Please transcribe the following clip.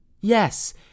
Yes